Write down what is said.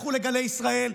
לכו לגלי ישראל,